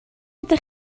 ydych